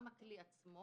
גם הכלי עצמו